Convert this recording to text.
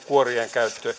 kuoret